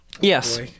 Yes